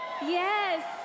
Yes